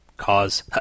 cause